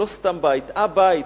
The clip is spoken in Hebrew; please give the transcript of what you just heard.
לא סתם בית, הבית,